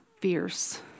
fierce